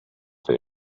they